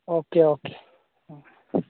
okay okay